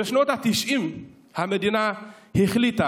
בשנות התשעים המדינה החליטה